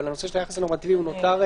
אבל הנושא של היחס הנורמטיבי נותר.